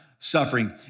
Suffering